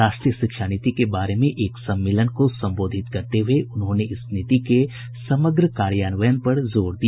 राष्ट्रीय शिक्षा नीति के बारे में एक सम्मेलन को संबोधित करते हुए उन्होंने इस नीति के समग्र कार्यान्वयन पर जोर दिया